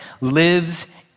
lives